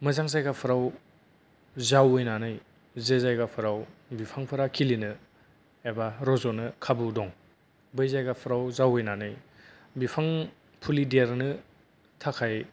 मोजां जायगाफ्राव जावैनानै जे जायगाफोराव बिफांफोरा खिलिनो एबा रज'नो खाबु दं बै जायगाफोराव जावैनानै बिफां फुलि देरनो थाखाय